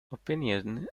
opinion